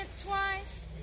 twice